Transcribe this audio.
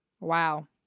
wow